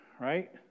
right